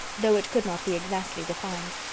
though it could not be exactly defined.